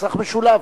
נוסח משולב.